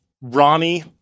Ronnie